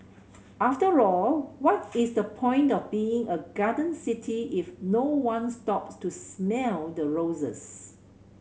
after all what is the point of being a garden city if no one stops to smell the roses